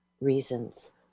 reasons